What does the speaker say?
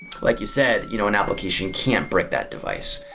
like you said, you know an application can't brick that device.